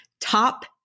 top